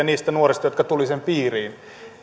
niistä nuorista jotka tulivat nuorisotakuun piiriin